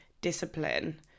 discipline